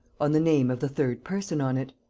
on the name of the third person on it.